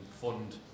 fund